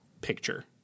picture